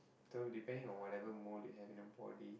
so depending on whatever mole you have in your body